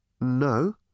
No